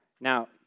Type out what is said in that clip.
Now